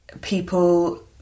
people